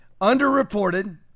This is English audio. underreported